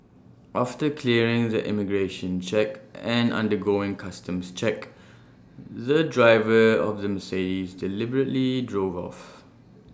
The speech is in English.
after clearing the immigration check and undergoing customs checks the driver of the Mercedes deliberately drove off